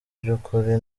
by’ukuri